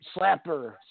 slapper